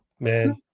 Man